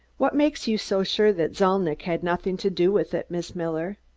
what makes you so sure that zalnitch had nothing to do with it, miss miller?